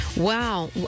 Wow